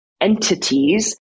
entities